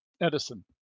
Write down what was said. Edison